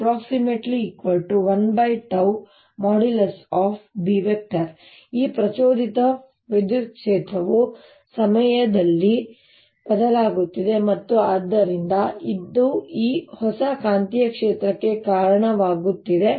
|E|inducedl|B| ಈ ಪ್ರಚೋದಿತ ವಿದ್ಯುತ್ ಕ್ಷೇತ್ರವು ಸಮಯಕ್ಕೆ ಬದಲಾಗುತ್ತಿದೆ ಮತ್ತು ಆದ್ದರಿಂದ ಇದು ಈ ಹೊಸ ಕಾಂತೀಯ ಕ್ಷೇತ್ರಕ್ಕೆ ಕಾರಣವಾಗುತ್ತದೆ